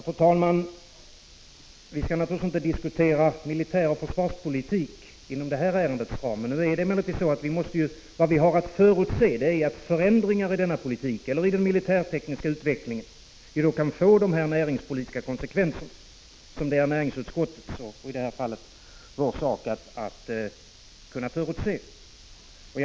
Fru talman! Vi skall naturligtvis inte diskutera militäroch försvarspolitik inom detta ärendes ram, men vi har att förutse att förändringar i denna politik eller i den militärtekniska utvecklingen kan få dessa näringspolitiska konsekvenser. Det är näringsutskottets sak att förutse de konsekvenserna.